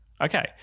Okay